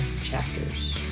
chapters